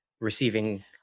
receiving